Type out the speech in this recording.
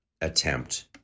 attempt